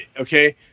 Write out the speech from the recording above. okay